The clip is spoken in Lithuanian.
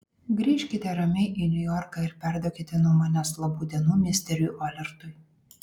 grįžkite ramiai į niujorką ir perduokite nuo manęs labų dienų misteriui olertui